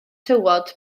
tywod